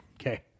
Okay